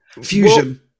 Fusion